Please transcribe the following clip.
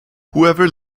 whoever